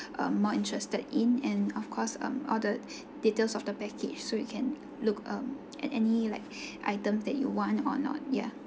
uh more interested in and of course um all the details of the package so you can look um at any like items that you want or not ya